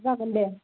औ जागोन दे